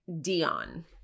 Dion